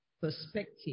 perspective